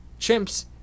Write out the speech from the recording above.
Chimps